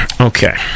Okay